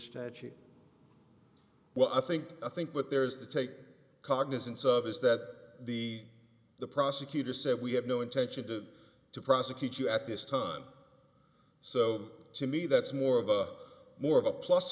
statute well i think i think what there is to take cognizance of is that the the prosecutor said we have no intention to to prosecute you at this time so to me that's more of a more of a plus